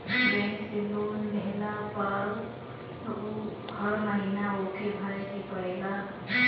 bank से loan लेहला पअ हर महिना ओके भरे के पड़ेला